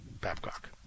Babcock